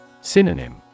Synonym